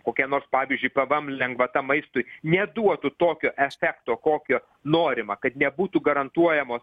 kokia nors pavyzdžiui pvm lengvata maistui neduotų tokio efekto kokio norima kad nebūtų garantuojamo